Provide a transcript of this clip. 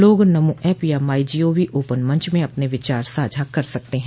लोग नमो ऐप या my G O V open मंच में अपने विचार साझा कर सकते हैं